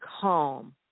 calm